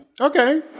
Okay